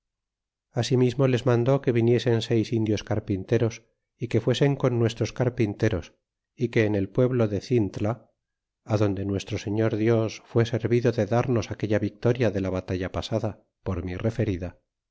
asimismo les mandó que viniesen seis indios carpinteros y que fuesen con nuestros carpinteros y que en el pueblo de cintla adonde nuestro señor dios fué servido de darnos aquella victoria de la batalla pasada por mí referida